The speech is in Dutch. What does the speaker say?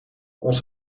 ons